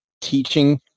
teaching